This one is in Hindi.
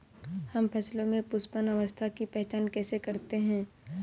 हम फसलों में पुष्पन अवस्था की पहचान कैसे करते हैं?